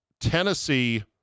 Tennessee